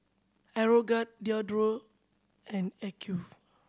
Aeroguard Diadora and